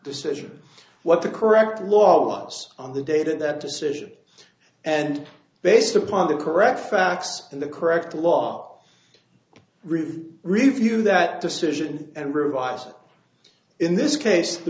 decision what the correct law was on the day to that decision and based upon the correct facts and the correct law review review that decision and revise in this case the